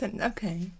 okay